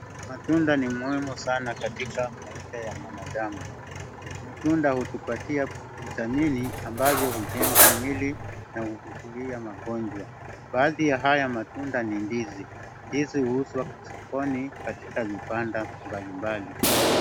Matunda ni muhimu sana katika maisha ya mwanadamu. Matunda hutupatia vitamini ambavyo hujenga mwili na huzuia magonjwa. Baadhi ya haya matunda ni ndizi. Ndizi huuzwa sokoni katika vibanda mbalimbali.